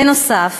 בנוסף,